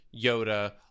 Yoda